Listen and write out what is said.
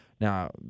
Now